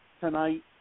tonight